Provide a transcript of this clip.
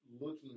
looking